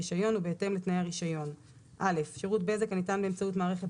רישיון) ובהתאם לתנאי הרישיון: שירות בזק הניתן באמצעות מערכת